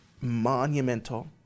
monumental